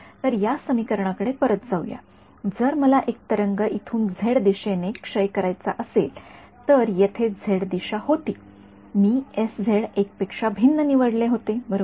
तर या समीकरणाकडे परत जाऊ या जर मला एक तरंग इथून झेड दिशेने क्षय करायचा असेल तर येथे झेड दिशा होती मी १ पेक्षा भिन्न निवडले होते बरोबर